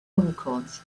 records